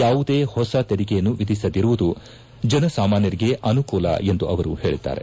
ಯಾವುದೇ ಹೊಸ ತೆರಿಗೆಯನ್ನು ಎಧಿಸದಿರುವುದು ಜನಸಾಮಾನ್ನರಿಗೆ ಅನುಕೂಲವಾಗಿದೆ ಎಂದು ಅವರು ಹೇಳಿದ್ದಾರೆ